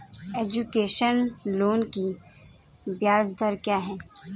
Education loan की ब्याज दर क्या है?